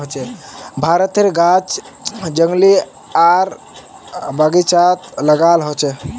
भारतेर गाछ जंगली आर बगिचात लगाल होचे